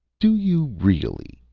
do you really?